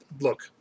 Look